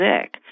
sick